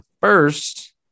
first